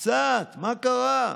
קצת, מה קרה?